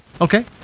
okay